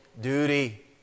duty